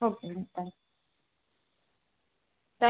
okay ma'am thanks thanks